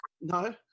no